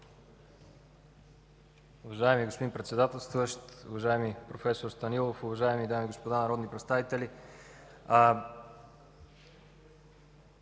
Уважаеми господин Председател, уважаеми проф. Станилов, уважаеми дами и господа народни представители!